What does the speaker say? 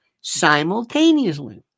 simultaneously